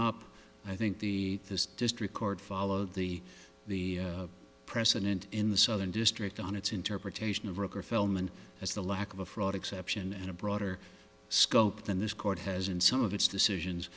up i think the this district court followed the the precedent in the southern district on its interpretation of record film and as the lack of a fraud exception and a broader scope than this court has in some of its decisions